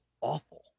awful